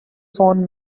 phone